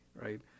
right